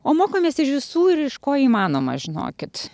o mokomės iš visų ir iš ko įmanoma žinokit